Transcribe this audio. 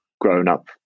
grown-up